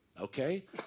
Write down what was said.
Okay